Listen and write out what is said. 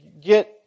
get